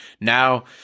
Now